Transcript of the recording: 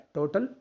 Total